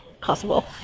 possible